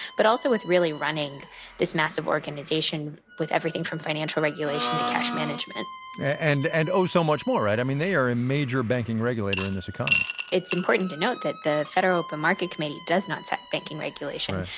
but also with really running this massive organization with everything from financial regulation to cash management and and oh so much more, right? i mean, they are a major banking regulator in this economy it's important to note that the federal open market committee does not set banking regulation.